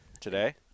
Today